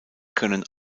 können